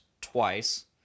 twice